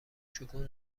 شگون